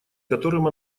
которым